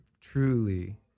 truly